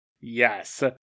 Yes